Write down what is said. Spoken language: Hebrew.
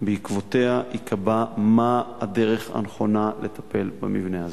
שבעקבותיה ייקבע מה הדרך הנכונה לטפל במבנה הזה.